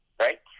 Right